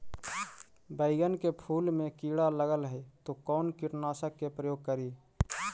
बैगन के फुल मे कीड़ा लगल है तो कौन कीटनाशक के प्रयोग करि?